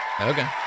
Okay